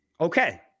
Okay